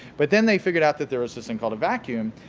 but then they figured out that there was this thing called a vacuum,